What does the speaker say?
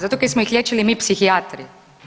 Zato kaj smo ih liječili mi psihijatri.